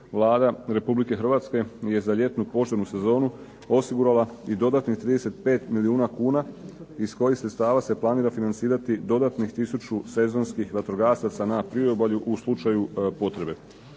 Vlada Republike Hrvatske je za ljetnu požarnu sezonu osigurala i dodatnih 35 milijuna kuna iz kojih sredstava se planira financirati dodatnih 1000 sezonskih vatrogasaca na priobalju u slučaju potrebe.